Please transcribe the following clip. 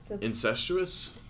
Incestuous